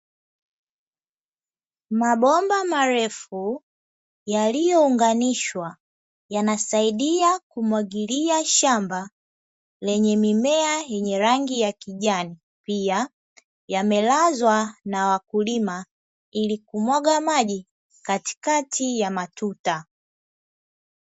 Mabomba marefu yaliyounganishwa, yanasaidia kumwagilia shamba lenye mimea yenye rangi ya kijani, pia yamelazwa na wakulima ili kumwaga maji katikati ya matuta.